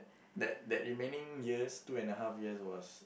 that that remaining years two and a half years was